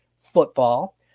football